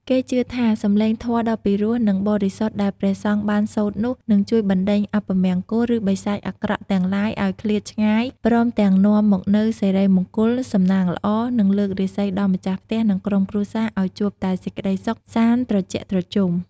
គេជឿថាសំឡេងធម៌ដ៏ពីរោះនិងបរិសុទ្ធដែលព្រះសង្ឃបានសូត្រនោះ នឹងជួយបណ្ដេញអពមង្គល ឬបិសាចអាក្រក់ទាំងឡាយឲ្យឃ្លាតឆ្ងាយព្រមទាំងនាំមកនូវសិរីមង្គល សំណាងល្អ និងលើករាសីដល់ម្ចាស់ផ្ទះនិងក្រុមគ្រួសារឲ្យជួបតែសេចក្ដីសុខសាន្តត្រជាក់ត្រជុំ។